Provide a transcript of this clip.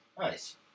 Nice